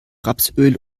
rapsöl